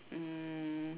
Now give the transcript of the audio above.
um